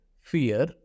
fear